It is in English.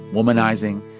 womanizing.